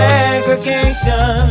Segregation